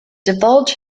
divulge